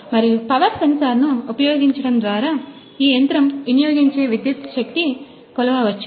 మరియు పవర్ సెన్సార్ను ఉపయోగించడం ద్వారా ఈ యంత్రం వినియోగించే విద్యుత్ శక్తిని కొలవవచ్చు